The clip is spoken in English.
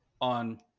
on